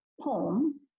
poem